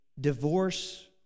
divorce